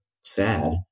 sad